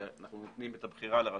אנחנו הרי משאירים את הבחירה בידי הרשויות.